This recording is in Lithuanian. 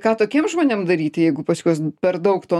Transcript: ką tokiem žmonėm daryti jeigu pas juos per daug to